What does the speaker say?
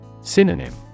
Synonym